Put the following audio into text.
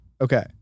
Okay